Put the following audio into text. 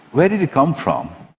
where did it come from?